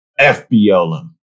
FBLM